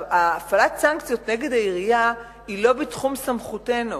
הפעלת סנקציות נגד העירייה היא לא בתחום סמכותנו.